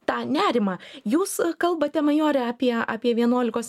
tą nerimą jūs kalbate majore apie apie vienuolikos